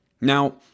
Now